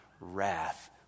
wrath